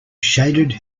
shaded